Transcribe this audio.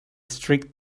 strict